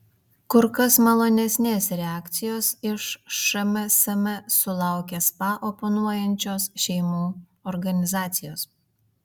kur kas malonesnės reakcijos iš šmsm sulaukė spa oponuojančios šeimų organizacijos